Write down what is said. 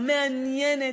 המעניינת,